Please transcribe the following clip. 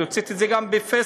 והוצאתי את זה גם בפייסבוק,